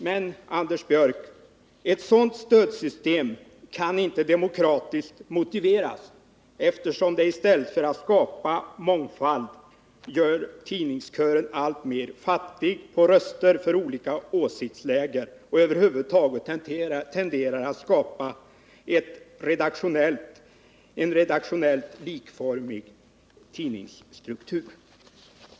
Men, Anders Björck, ett sådant stödsystem kan inte demokratiskt motiveras, eftersom det i stället för att skapa mångfald gör tidningskören alltmer fattig på röster från olika åsiktsläger och över huvud taget tenderar att skapa en redaktionellt likformig tidningsstruktur.